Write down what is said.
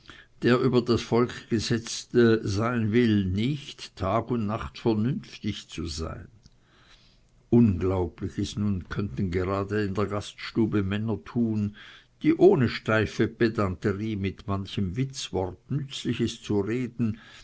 der über das volk gesetzt sein will tag und nacht vernünftig zu sein unglaubliches nun könnten gerade in der gaststube männer tun die ohne steife pedanterie mit manchem witzwort nützliches zu reden